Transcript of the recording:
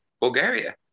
Bulgaria